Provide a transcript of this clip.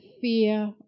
fear